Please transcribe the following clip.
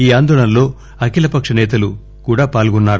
ఈ ఆందోళనలో అఖిలపక్ష నేతలు కూడా పాల్గొన్నారు